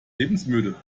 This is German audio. lebensmüde